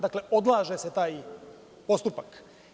Dakle, odlaže se taj postupak.